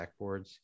backboards